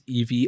EV